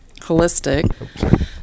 holistic